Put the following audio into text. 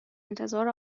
انتظار